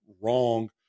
wrong